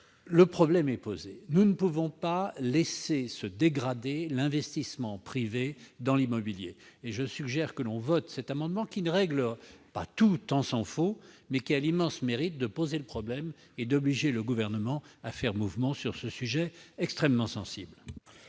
immobilière. Nous ne pouvons pas laisser se dégrader l'investissement privé dans l'immobilier. Je suggère que nous adoptions cet amendement, qui ne règle pas tout, tant s'en faut, mais qui a l'immense mérite de poser le problème et d'obliger le Gouvernement à faire mouvement sur ce sujet extrêmement sensible.